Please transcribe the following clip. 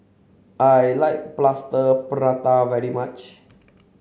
I like Plaster Prata very much